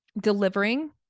delivering